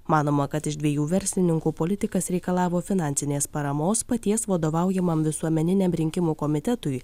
manoma kad iš dviejų verslininkų politikas reikalavo finansinės paramos paties vadovaujamam visuomeniniam rinkimų komitetui